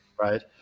Right